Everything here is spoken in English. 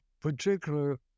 particular